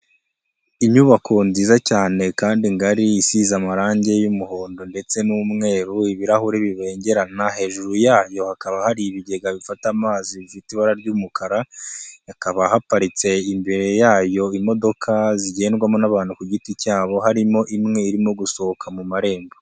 Inyubako nziza cyane kandi ngari, isize amarangi y'umuhondo ndetse n'umweru, ibirahuri bibengerana, hejuru yayo hakaba hari ibigega bifata amazi bifite ibara ry'umukara, hakaba haparitse imbere yayo imodoka zigendwamo n'abantu ku giti cyabo harimo imwe irimo gusohoka mu marembo.